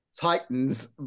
Titans